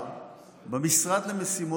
במשרד למשימות לאומיות,